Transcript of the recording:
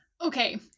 Okay